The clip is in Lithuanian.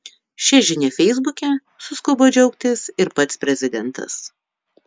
šia žinia feisbuke suskubo džiaugtis ir pats prezidentas